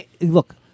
Look